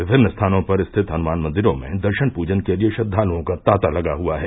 विभिन्न स्थानों पर स्थित हनुमान मंदिरों में दर्शन पूजन के लिये श्रद्वालुओं का तांता लगा हुआ है